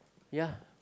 ya